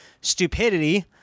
stupidity